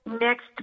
Next